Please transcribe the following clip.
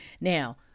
Now